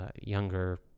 younger